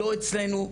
לא אצלנו,